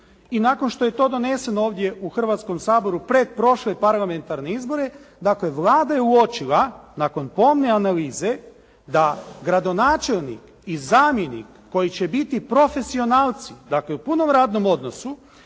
i nakon što je to doneseno ovdje u Hrvatskom saboru pred prošle parlamentarne izbore dakle Vlada je uočila nakon pomne analize da gradonačelnik i zamjenik koji će biti profesionalci dakle u punom radnom odnosu